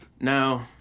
Now